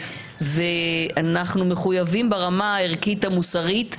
ואנחנו מחויבים ברמה הערכית המוסרית,